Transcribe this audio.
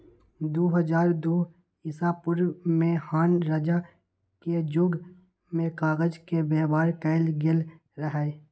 दू हज़ार दू ईसापूर्व में हान रजा के जुग में कागज के व्यवहार कएल गेल रहइ